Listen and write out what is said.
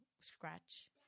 Scratch